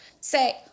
Say